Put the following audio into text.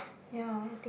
ya